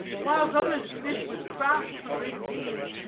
whiles others fish with craft for great opinion,